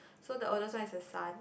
so the oldest one is the son